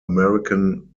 american